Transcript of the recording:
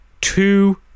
two